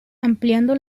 ampliando